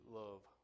love